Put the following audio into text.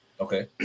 Okay